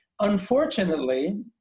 Unfortunately